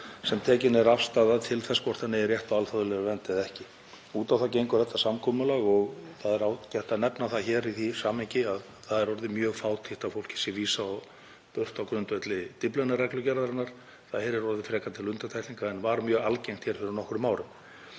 sem tekin er afstaða til þess hvort hann eigi rétt á alþjóðlegri vernd eða ekki. Út á það gengur þetta samkomulag og það er ágætt að nefna það hér í því samhengi að það er orðið mjög fátítt að fólki sé vísað á brott á grundvelli Dyflinnarreglugerðarinnar. Það heyrir orðið frekar til undantekninga en var mjög algengt hér fyrir nokkrum árum.